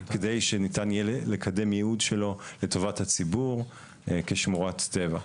כדי שניתן יהיה לקדם ייעוד שלו לטובת הציבור כשמורת טבע.